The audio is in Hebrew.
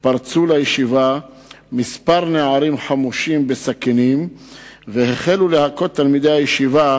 פרצו לישיבה כמה נערים חמושים בסכינים והחלו להכות את תלמידי הישיבה,